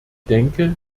denke